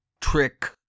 Trick